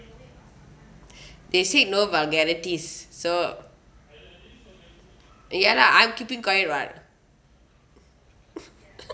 they said no vulgarities so ya lah I'm keeping quiet [what]